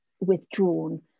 withdrawn